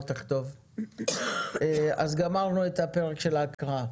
אז באים בטענות דווקא למערכת הבנקאית שהיא מוכנה,